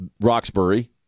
Roxbury